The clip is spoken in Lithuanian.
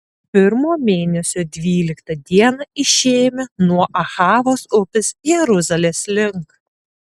pirmo mėnesio dvyliktą dieną išėjome nuo ahavos upės jeruzalės link